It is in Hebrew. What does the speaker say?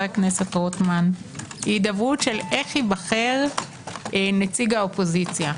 הכנסת רוטמן היא הידברות של איך ייבחר נציג האופוזיציה.